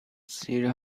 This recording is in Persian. سیر